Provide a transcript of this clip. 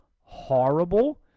horrible